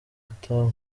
ata